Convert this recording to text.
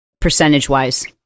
percentage-wise